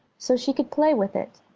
so she could play with it.